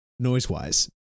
Noise-wise